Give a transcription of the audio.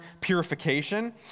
purification